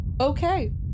Okay